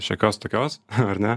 šiokios tokios ar ne